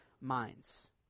minds